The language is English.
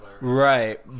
Right